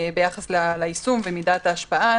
ביחס ליישום ומידת ההשפעה.